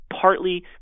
partly